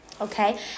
Okay